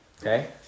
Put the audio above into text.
okay